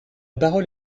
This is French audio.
parole